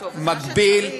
מגביל